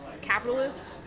capitalist